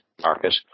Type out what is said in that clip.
market